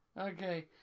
Okay